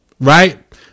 right